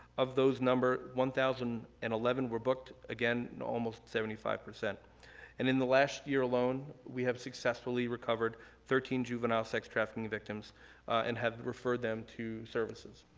of those number, one thousand and eleven were booked, again, almost seventy five. and in the last year alone, we have successfully recovered thirteen juvenile sex trafficking victims and have referred them to services.